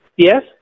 Yes